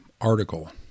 article